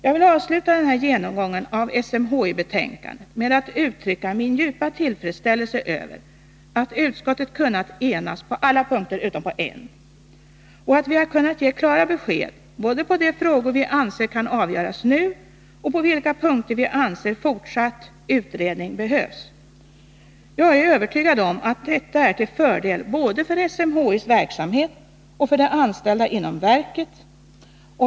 Jag vill avsluta den här genomgången av SMHI-betänkandet med att uttrycka min djupa tillfredsställelse över att utskottet kunnat enas på alla punkter utom en och att vi har kunnat ge klara besked både i de frågor vi anser kan avgöras nu och på vilka punkter vi anser att fortsatt utredning behövs. Jag är övertygad om att det är till fördel både för SMHI:s verksamhet och för de anställda inom verket.